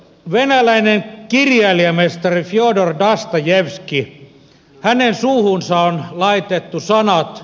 venäläisen kirjailijamestarin fjodor dostojevskin suuhun on laitettu sanat